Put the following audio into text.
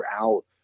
out